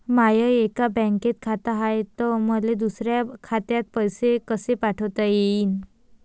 माय एका बँकेत खात हाय, त मले दुसऱ्या खात्यात पैसे कसे पाठवता येईन?